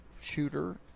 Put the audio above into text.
shooter